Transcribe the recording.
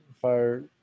fire